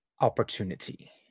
opportunity